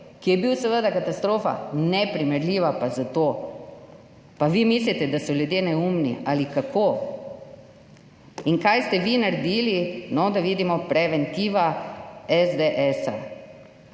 ki je bil seveda neprimerljiva katastrofa. Pa vi mislite, da so ljudje neumni ali kako? In kaj ste vi naredili? No, da vidimo, preventiva SDS.